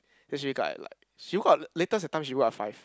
then she wake up at like she wake up latest that time she woke up at five